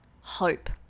hope